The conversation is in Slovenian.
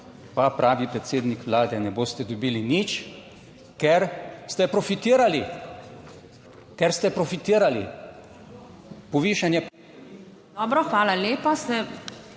pa pravi predsednik Vlade, ne boste dobili nič, ker ste profitirali, ker ste profitirali...